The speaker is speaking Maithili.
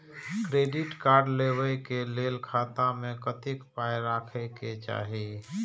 क्रेडिट कार्ड लेबै के लेल खाता मे कतेक पाय राखै के चाही?